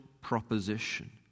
proposition